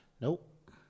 Nope